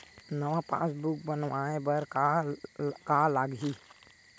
नवा पासबुक बनवाय बर का का लगही?